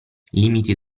limiti